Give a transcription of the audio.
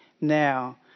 now